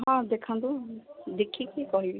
ହଁ ଦେଖାନ୍ତୁ ଦେଖିକି କହିବି